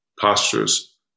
postures